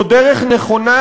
זו דרך נכונה,